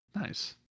Nice